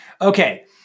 Okay